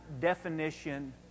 definition